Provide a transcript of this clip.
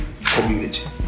community